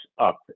up